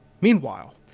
Meanwhile